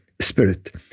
spirit